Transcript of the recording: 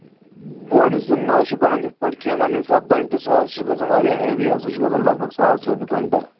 بونہِ زیُن نہ حظ چھُ نہٕ بنان اِتھ پٲٹھی کیٚنٛہہ وۄنۍ ییٚمہِ سات بنہِ سُہ حظ چھُ گژھان واریاہ ہیوی حظ سُہ چھ گژھان لگ بگ ساس رۄپیہِ کۄینٹل